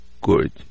good